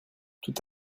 tout